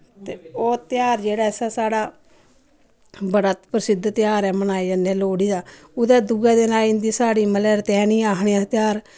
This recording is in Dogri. ते ओह् तेहार जेह्ड़ा अस साढ़ा बड़ा प्रसिद्ध तेहार ऐ मनाए जन्दे लोह्ड़ी दा उ'दे दूए आई जंदी साढ़ी त्रैनी आखने अस तेहार